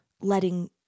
letting